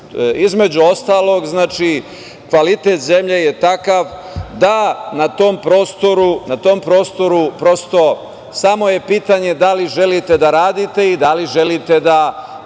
Između ostalog, kvalitet zemlje je takav da na tom prostoru samo je pitanje da li želite da radite i da li želite da